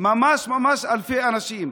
ממש ממש אלפי אנשים.